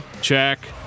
check